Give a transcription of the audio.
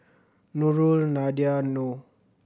Nurul Nadia and Noh